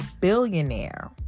billionaire